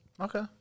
Okay